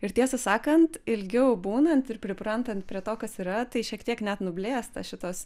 ir tiesą sakant ilgiau būnant ir priprantant prie to kas yra tai šiek tiek net nublėsta šitos